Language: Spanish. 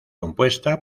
compuesta